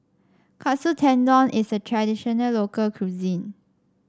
Katsu Tendon is a traditional local cuisine